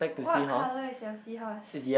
what color is your seahorse